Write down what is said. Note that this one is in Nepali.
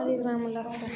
अलिक राम्रो लाग्छ